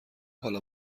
حالا